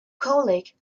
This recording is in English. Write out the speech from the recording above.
colic